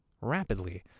rapidly